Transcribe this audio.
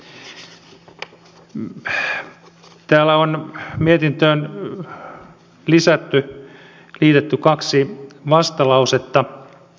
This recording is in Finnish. tähän mietintöön on liitetty kaksi vastalausetta